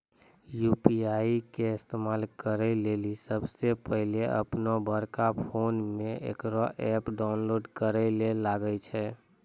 UPI के इस्तेमाल करै लेली सबसे पहिलै अपनोबड़का फोनमे इकरो ऐप डाउनलोड करैल लागै छै